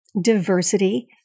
diversity